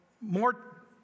more